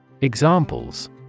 Examples